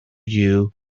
you